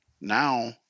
Now